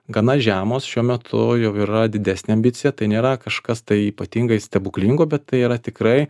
gana žemos šiuo metu jau yra didesnė ambicija tai nėra kažkas tai ypatingai stebuklingo bet tai yra tikrai